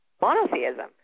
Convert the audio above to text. monotheism